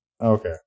Okay